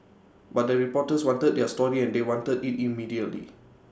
but the reporters wanted their story and they wanted IT immediately